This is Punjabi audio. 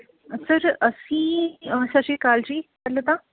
ਅੱਛਾ ਸਰ ਅਸੀਂ ਸਤਿ ਸ਼੍ਰੀ ਅਕਾਲ ਜੀ ਪਹਿਲਾਂ ਤਾਂ